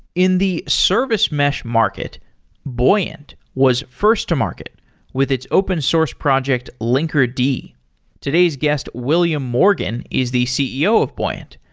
in the service mesh market buoyant was first to market with its open source project linkerd today's guest, william morgan is the ceo of buoyant.